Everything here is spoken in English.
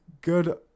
Good